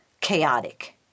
chaotic